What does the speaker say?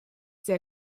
sehr